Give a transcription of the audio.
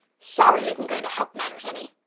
sorry isn't going to help matters any.